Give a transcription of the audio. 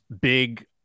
big